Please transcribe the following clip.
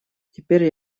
теперь